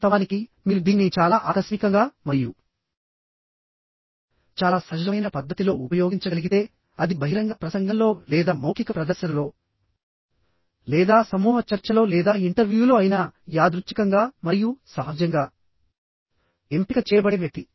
వాస్తవానికి మీరు దీన్ని చాలా ఆకస్మికంగా మరియు చాలా సహజమైన పద్ధతిలో ఉపయోగించగలిగితే అది బహిరంగ ప్రసంగంలో లేదా మౌఖిక ప్రదర్శనలో లేదా సమూహ చర్చలో లేదా ఇంటర్వ్యూలో అయినా యాదృచ్ఛికంగా మరియు సహజంగా ఎంపిక చేయబడే వ్యక్తి